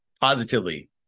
positively